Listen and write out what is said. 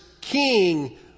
king